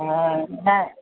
हा न